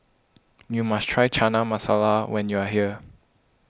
you must try Chana Masala when you are here